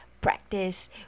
practice